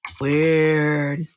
Weird